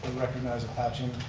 recognized the patching